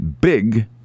big